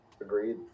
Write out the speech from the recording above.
Agreed